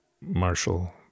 marshall